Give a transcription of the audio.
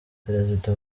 perezida